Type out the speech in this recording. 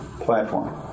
platform